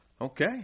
Okay